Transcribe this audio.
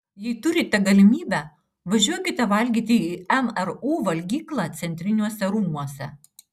jei turite galimybę važiuokite valgyti į mru valgyklą centriniuose rūmuose